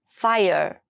fire